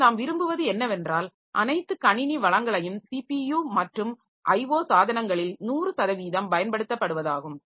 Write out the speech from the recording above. ஆனால் நாம் விரும்புவது என்வென்றால் அனைத்து கணினி வளங்களையும் சிபியு மற்றும் IO சாதனங்களில் 100 சதவீதம் பயன்படுத்தப்படுவதாகும்